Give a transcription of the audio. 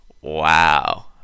Wow